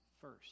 First